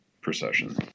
procession